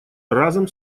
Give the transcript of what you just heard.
разом